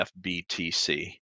FBTC